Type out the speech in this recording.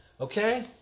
Okay